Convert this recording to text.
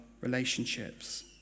relationships